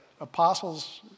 apostles